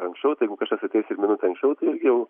anksčiau tai jeigu kažkas ateis ir minute anksčiau tai irgi jau